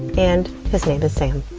and his name is sam.